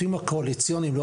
זהו